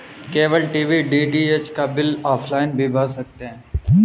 cable TV DTH का bill offline भी भर सकते हैं